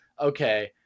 Okay